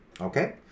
okay